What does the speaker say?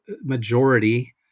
majority